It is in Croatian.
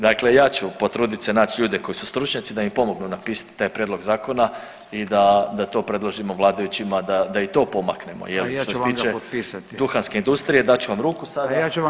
Dakle, ja ću potrudit se naći ljude koji su stručnjaci da mi pomognu napisati taj prijedlog zakona i da to predložimo vladajućima da i to pomaknemo [[Upadica Radin: I ja ću vam ga potpisati.]] Što se tiče duhanske industrije, dat ću vam ruku sada [[Upadica Radin: A ja ću vam ga potpisati.]] Hvala vam.